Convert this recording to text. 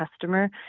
customer